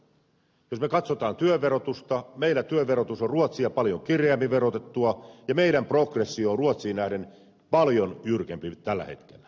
jos me katsomme työn verotusta meillä työ on ruotsia paljon kireämmin verotettua ja meidän progressio on ruotsiin nähden paljon jyrkempi tällä hetkellä